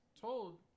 told